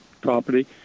property